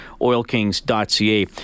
OilKings.ca